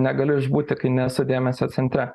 negaliu išbūti kai nesu dėmesio centre